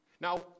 Now